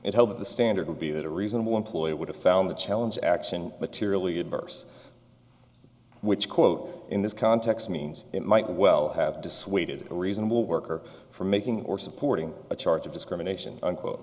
that the standard would be that a reasonable employer would have found the challenge action materially adverse which quote in this context means it might well have dissuaded a reasonable worker from making or supporting a charge of discrimination unquote